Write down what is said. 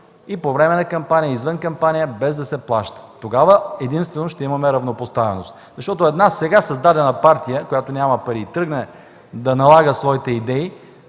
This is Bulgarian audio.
и по време на кампания, и извън кампания, без да се плаща. Тогава единствено ще имаме равнопоставеност. Иначе една сега създадена партия, която тръгне да налага своите идеи,